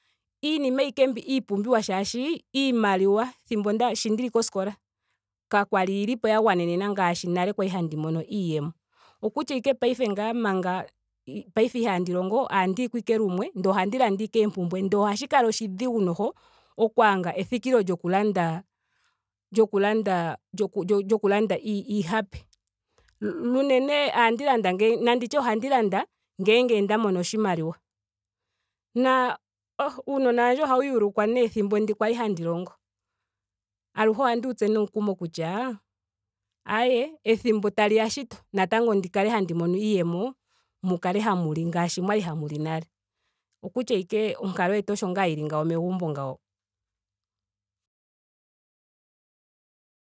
Iinima ashike mbi. iipumbiwa shaashi iimaliwa, thimbo shi ndili koskola ka kwali yili po ya gwanena ngaashi nale kwali handi mono iiyemo. Okutya ashike paife ngaa manga paife ihaandi longo ohandi yiko ashike lumwe ndee ohandi landa ashike oompumbwe. ndee ohashi kala oshidhigu noho okwaadha ethikilo lyoku landa. lyoku landa. lyoku landa, iihape. Lunene ohandi landa ngeyi. nanditye ohandi landa ngele nda mona oshimaliwa. Naa oh uunona wandje ohawu yuulukwa nee ethimbo ndi kwali handi longo. Aluhe ohandi wu tsu nee omukumo kutya ayee ethimbo taliya shito natango ndi kale handi mono iiyemo mu kale hamu li ngaashi mwali hamu li nale. Okutya ashike onkalo yetu osho ngaa yili megumbo ngawo.